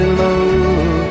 love